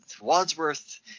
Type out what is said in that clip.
Wadsworth